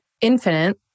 infinite